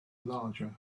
larger